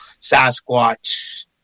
Sasquatch